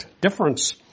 difference